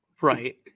Right